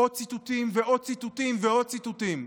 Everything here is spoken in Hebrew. עוד ציטוטים ועוד ציטוטים ועוד ציטוטים,